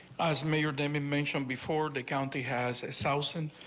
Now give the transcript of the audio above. as mayor dimension before the county has a south wind.